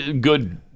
Good